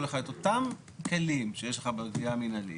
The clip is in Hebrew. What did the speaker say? לך את אותם כלים שיש לך בגבייה המינהלית,